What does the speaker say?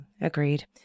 Agreed